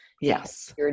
Yes